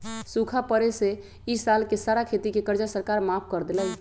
सूखा पड़े से ई साल के सारा खेती के कर्जा सरकार माफ कर देलई